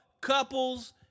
Couples